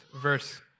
verse